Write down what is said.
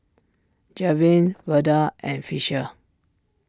Javen Verda and Fisher